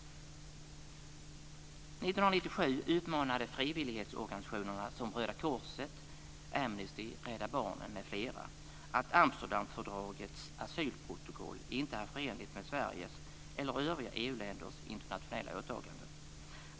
1997 uppmanade frivilligorganisationer som Röda korset, Amnesty, Rädda Barnen m.fl. att Amsterdamfördragets asylprotokoll inte är förenligt med Sveriges eller övriga EU-länders internationella åtaganden.